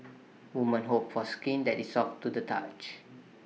woman hope for skin that is soft to the touch